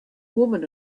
woman